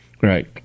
Right